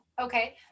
Okay